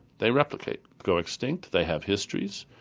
they replicate, go extinct, they have histories.